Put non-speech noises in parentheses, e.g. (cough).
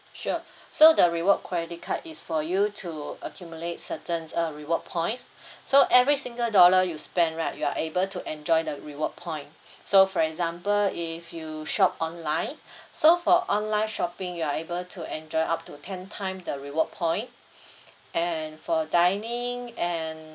sure (breath) so the reward credit card is for you to accumulate certain uh reward points (breath) so every single dollar you spend right you are able to enjoy the reward point so for example if you shop online (breath) so for online shopping you are able to enjoy up to ten time the reward point and for dining and